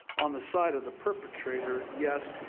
on the side of the perpetrator, yes,